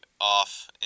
off